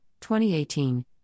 2018